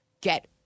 get